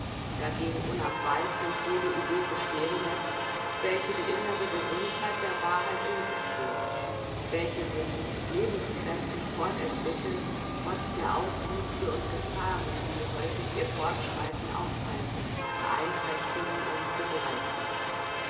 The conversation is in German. dagegen unabweislich jede idee bestehen läßt welche die innere gesundheit der wahrheit in sich birgt welche sich lebenskräftig fortentwickelt trotz der auswüchse und gefahren die häufig ihr fortschreiten aufhalten beeinträchtigen und begleiten